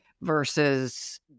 versus